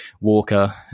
Walker